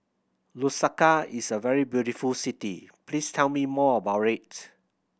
Lusaka is a very beautiful city please tell me more about it